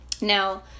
now